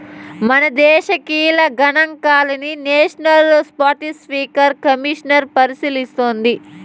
మనదేశ కీలక గనాంకాలని నేషనల్ స్పాటస్పీకర్ కమిసన్ పరిశీలిస్తోంది